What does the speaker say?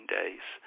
days